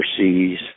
overseas